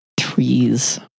Trees